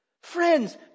Friends